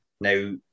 Now